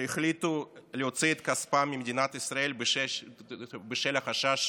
שהחליטו להוציא את כספן ממדינת ישראל בשל החשש